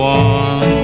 one